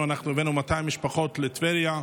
אנחנו הבאנו בעצמנו 200 משפחות לטבריה,